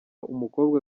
umukobwa